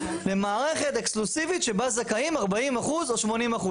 למערכת אקסקלוסיבית שבה זכאים 40% או 80%,